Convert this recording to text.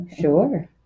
Sure